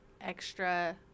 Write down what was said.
extra